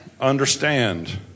understand